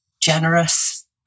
generous